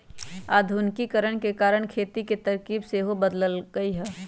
आधुनिकीकरण के कारण खेती के तरकिब सेहो बदललइ ह